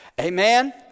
Amen